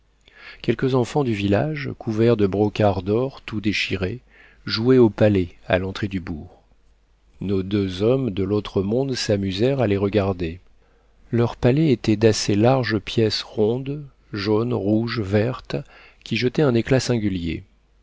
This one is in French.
quelques enfants du village couverts de brocarts d'or tout déchirés jouaient au palet à l'entrée du bourg nos deux hommes de l'autre monde s'amusèrent à les regarder leurs palets étaient d'assez larges pièces rondes jaunes rouges vertes qui jetaient un éclat singulier